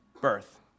birth